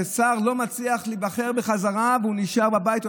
ששר לא מצליח להיבחר בחזרה והוא נשאר בבית.